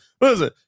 listen